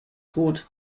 gut